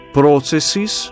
processes